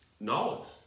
Knowledge